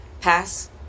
pass